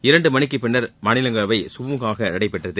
இரண்டு மணிக்கு பின்னர் மாநிலங்களவை சுமுகமாக நடைபெற்றது